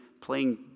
playing